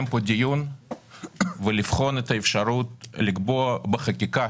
פה דיון ולבחון את האפשרות לקבוע בחקיקה